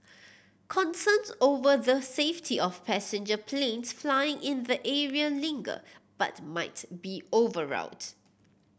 concerns over the safety of passenger planes flying in the area linger but might be overwrought